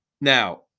Now